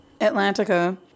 Atlantica